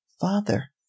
Father